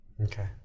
Okay